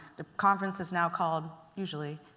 the conference is now called, usually,